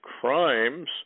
crimes